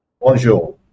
Bonjour